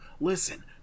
listen